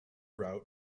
route